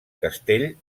castell